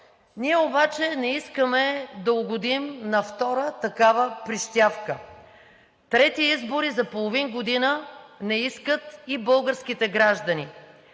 Ние обаче не искаме да угодим на втора такава прищявка. Трети избори за половин година не искат и българските граждани.